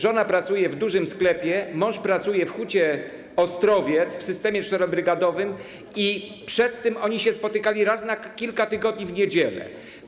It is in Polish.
Żona pracuje w dużym sklepie, mąż pracuje w hucie Ostrowiec w systemie czterobrygadowym i przedtem oni się spotykali raz na kilka tygodni w niedziele.